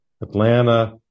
Atlanta